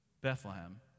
Bethlehem